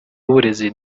w’uburezi